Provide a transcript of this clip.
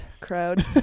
crowd